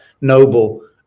noble